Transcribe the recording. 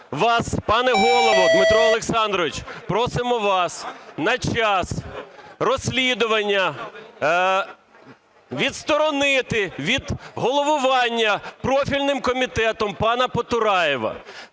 пане Голово, Дмитре Олександровичу, просимо вас на час розслідування відсторонити від головування профільним комітетом пана Потураєва.